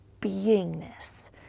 beingness